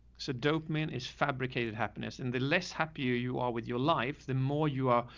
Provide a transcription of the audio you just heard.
so dokeman is fabricated happiness, and the less happy you you are with your life, the more you are,